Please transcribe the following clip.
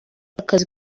akazi